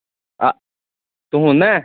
اَ تُہُنٛد نہ